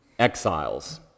exiles